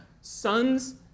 sons